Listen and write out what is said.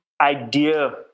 idea